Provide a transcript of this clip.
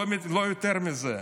לא יותר מזה.